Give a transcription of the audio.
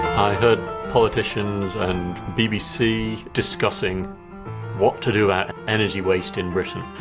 i heard politicians and bbc discussing what to do about energy waste in britain.